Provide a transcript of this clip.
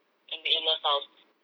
and the in-laws house